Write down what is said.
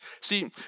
see